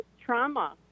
trauma